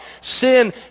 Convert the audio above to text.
Sin